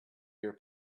your